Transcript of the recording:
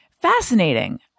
fascinating